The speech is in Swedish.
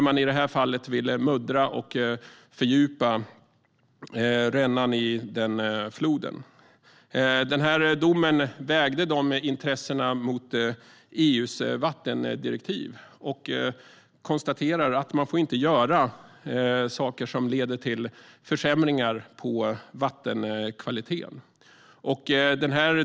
I det här fallet ville man muddra och fördjupa rännan i floden. Domen vägde de intressena mot EU:s vattendirektiv och konstaterade att man inte får göra saker som leder till försämringar i vattenkvaliteten.